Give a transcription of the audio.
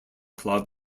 club